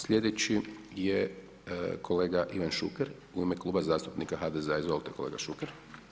Slijedeći je kolega Ivan Šuker u ime Kluba zastupnika HDZ-a, izvolite kolega Šuker.